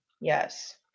Yes